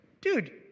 dude